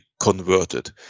converted